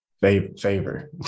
Favor